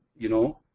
you know,